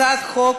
הצעת החוק